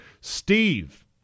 Steve